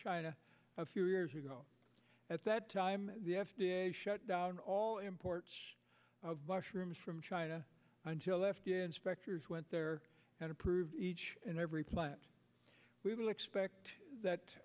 china a few years ago at that time the f d a shut down all imports of mushrooms from china until f d a inspectors went there and approved each and every plant we will expect that